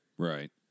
Right